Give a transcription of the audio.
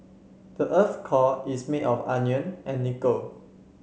the earth's core is made of iron and nickel